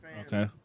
Okay